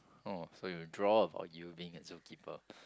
oh so you will draw of or you being a zoo keeper